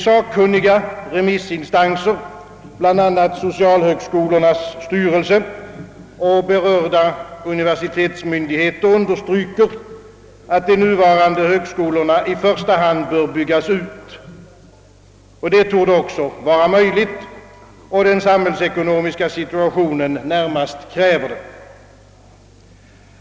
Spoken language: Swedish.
Sakkunniga re missinstanser — bl.a. socialhögskolornas styrelser och berörda universitetsmyndigheter — understryker, att de nuvarande högskolorna i första hand bör byggas ut. En sådan utbyggnad torde också vara möjlig att genomföra, och den torde vidare vara vad den samhällsekonomiska situationen = närmast kräver.